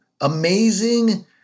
amazing